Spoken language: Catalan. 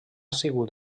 sigut